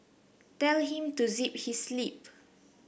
tell him to zip his lip